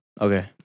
Okay